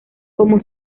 como